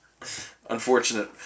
Unfortunate